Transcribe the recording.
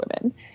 women